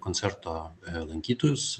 koncerto lankytojus